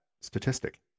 statistic